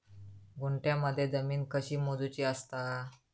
गुंठयामध्ये जमीन कशी मोजूची असता?